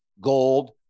gold